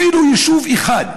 אפילו יישוב אחד,